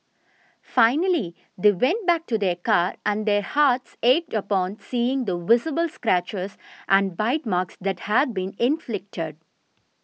finally they went back to their car and their hearts ached upon seeing the visible scratches and bite marks that had been inflicted